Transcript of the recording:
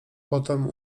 potem